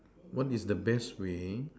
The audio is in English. what is the best way